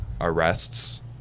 arrests